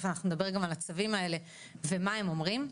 אנחנו נדבר גם על הצווים האלה ומה הם אומרים.